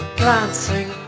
glancing